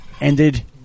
Ended